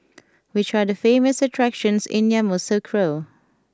which are the famous attractions in Yamoussoukro